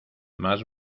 más